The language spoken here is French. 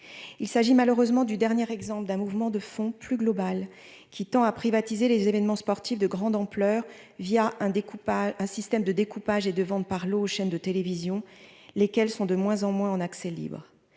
il s'agit malheureusement du dernier exemple d'un mouvement de fond plus global qui tend à privatiser les événements sportifs de grande ampleur, via un découpage, un système de découpage et de vente par lots, aux chaînes de télévision, lesquels sont de moins en moins en accès libre,